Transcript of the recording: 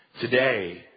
Today